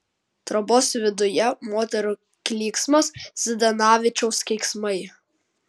trobos viduje moterų klyksmas zdanavičiaus keiksmai